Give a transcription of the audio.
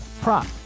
prop